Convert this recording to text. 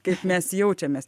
kaip mes jaučiamės